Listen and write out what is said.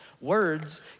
Words